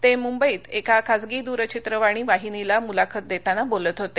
ते मुंबईत एका खासगी दूरचित्रवाणी वाहिनीला मुलाखत देताना बोलत होते